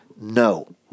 no